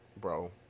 bro